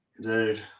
dude